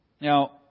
Now